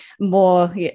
more